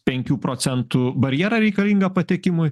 penkių procentų barjerą reikalingą patekimui